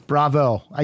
Bravo